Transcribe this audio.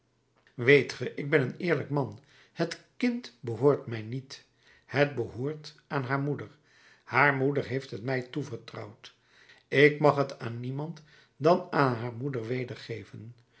ge ik ben een eerlijk man het kind behoort mij niet het behoort aan haar moeder haar moeder heeft het mij toevertrouwd ik mag het aan niemand dan aan haar moeder wedergeven